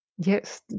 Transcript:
Yes